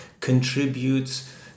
contributes